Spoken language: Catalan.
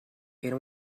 era